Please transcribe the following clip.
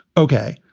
ok,